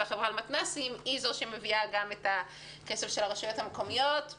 והחברה למתנ"סים מביאה גם את הכסף של הרשויות המקומיות.